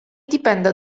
dipenda